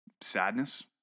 Sadness